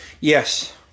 Yes